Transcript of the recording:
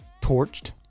Torched